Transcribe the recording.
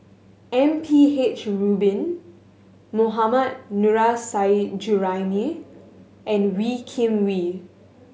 M P H Rubin Mohammad Nurrasyid Juraimi and Wee Kim Wee